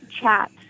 chat